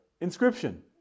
inscription